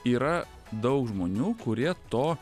yra daug žmonių kurie to